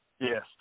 Yes